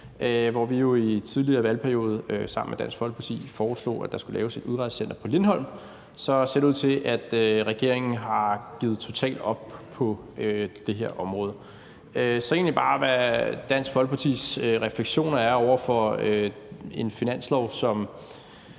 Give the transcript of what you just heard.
hvor vi jo i den tidligere valgperiode sammen med Dansk Folkeparti foreslog, at der skulle laves et udrejsecenter på Lindholm. Men nu ser det ud til, at regeringen har givet totalt op på det her område. Så jeg vil egentlig bare høre, hvad Dansk Folkepartis refleksioner er i forhold til en finanslov, som